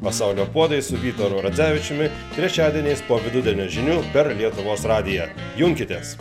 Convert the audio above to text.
pasaulio puodai su vytaru radzevičiumi trečiadieniais po vidudienio žinių per lietuvos radiją junkitės